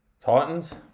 Titans